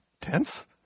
Tenth